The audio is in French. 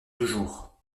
toujours